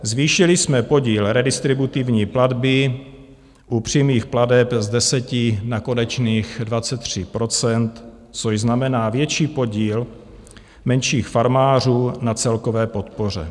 Zvýšili jsme podíl redistributivní platby u přímých plateb z 10 na konečných 23 %, což znamená větší podíl menších farmářů na celkové podpoře.